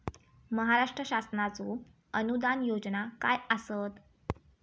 महाराष्ट्र शासनाचो अनुदान योजना काय आसत?